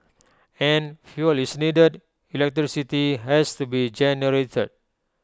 and fuel is needed electricity has to be generated